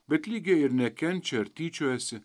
bet lygia ir nekenčia ar tyčiojasi